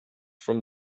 from